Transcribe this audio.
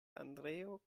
andreo